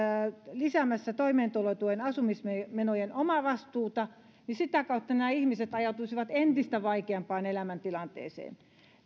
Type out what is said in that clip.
lisäämässä toimeentulotuen asumismenojen omavastuuta niin sitä kautta nämä ihmiset ajautuisivat entistä vaikeampaan elämäntilanteeseen